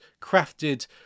crafted